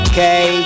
Okay